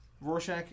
Rorschach